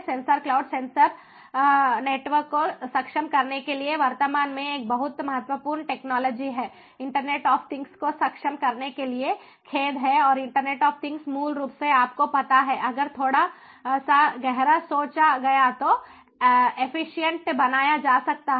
sensor cloud sensor network को सक्षम करने के लिए वर्तमान में एक बहुत महत्वपूर्ण टेक्नोलॉजी है इंटरनेट आफ थिंग्स को सक्षम करने के लिए खेद है और इंटरनेट आफ थिंग्स मूल रूप से आपको पता है अगर थोड़ा सा गहरा सोचा गया तो एफिशिएंट बनाया जा सकता है